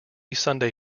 sunday